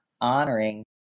honoring